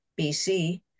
BC